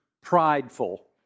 prideful